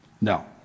No